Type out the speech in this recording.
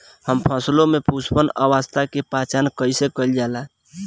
हम फसलों में पुष्पन अवस्था की पहचान कईसे कईल जाला?